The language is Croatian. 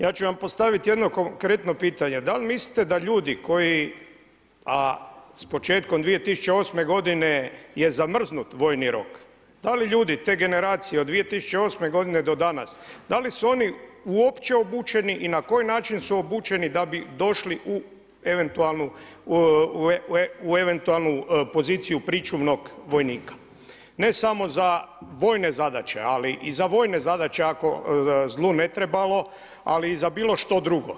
Ja ću vam postaviti jedno konkretno pitanje, da li mislite da ljudi koji a s početkom 2008. godine je zamrznut vojni rok, da li ljudi te generacije od 200. godine do danas, da li su oni uopće obučeni i na koji način su obučeni da bi došli u eventualnu poziciju pričuvnog vojnika ne samo za vojne zadaće, ali i za vojne zadaće ako zli ne trebalo, ali i za bilo što drugo?